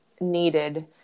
needed